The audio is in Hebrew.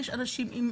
יש אנשים עם